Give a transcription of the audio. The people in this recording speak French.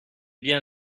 bien